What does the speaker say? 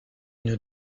une